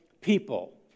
people